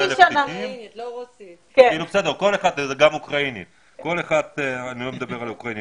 מקבלת